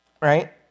Right